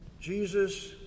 Jesus